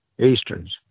Easterns